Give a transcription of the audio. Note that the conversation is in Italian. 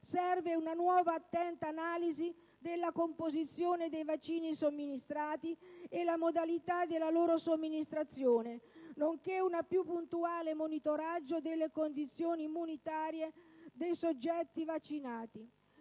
Serve una nuova attenta analisi della composizione dei vaccini somministrati e delle modalità della loro somministrazione, nonché un più puntuale monitoraggio delle condizioni immunitarie dei soggetti vaccinati.